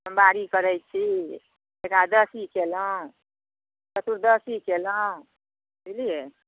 सोमबारी करैत छी एकादशी कयलहुँ चतुर्दशी कयलहुँ बुझलियै